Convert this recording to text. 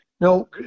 no